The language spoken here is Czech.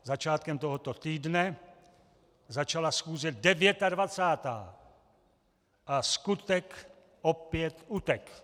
Začátkem tohoto týdne začala schůze devětadvacátá a skutek opět utek'.